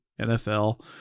NFL